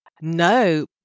No